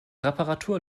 reparatur